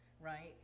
right